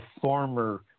former